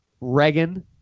Reagan